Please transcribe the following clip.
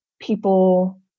people